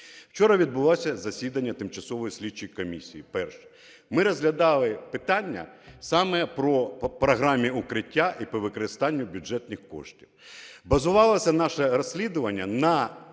Вчора відбулося засідання тимчасової слідчої комісії. Перше. Ми розглядали питання саме по програмі "Укриття" і по використанню бюджетних коштів.